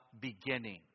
beginning